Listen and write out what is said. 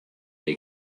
they